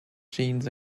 genes